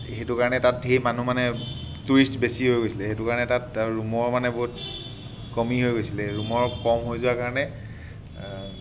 সেইটো কাৰণে তাত ঢেৰ মানুহ মানে টুৰিষ্ট বেছি হৈ গৈছিলে সেইটো কাৰণে তাত ৰুমৰ মানে বহুত কমি হৈ গৈছিলে ৰুমৰ কম হৈ যোৱাৰ কাৰণে